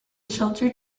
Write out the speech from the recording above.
shelter